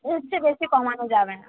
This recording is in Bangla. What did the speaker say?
ওর চেয়ে বেশি কমানো যাবে না